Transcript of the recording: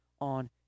on